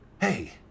Hey